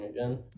again